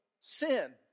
sin